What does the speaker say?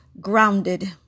grounded